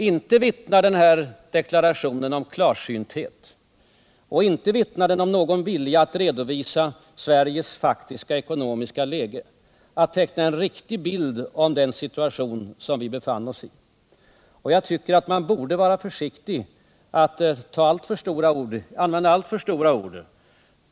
Inte vittnar den deklaration jag citerade om klarsynthet, och inte vittnar den om någon vilja att redovisa Sveriges faktiska ekonomiska läge eller att teckna en riktig bild av den situation som vi befann oss i! Jag tycker att socialdemokraterna mot bakgrund av detta aktstycke borde vara försiktiga och inte använda alltför stora ord.